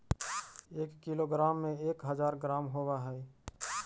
एक किलोग्राम में एक हज़ार ग्राम होव हई